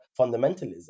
fundamentalism